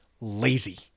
lazy